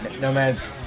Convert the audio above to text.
nomads